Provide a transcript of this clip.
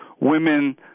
women